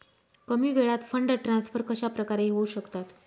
कमी वेळात fund transfer कशाप्रकारे होऊ शकतात?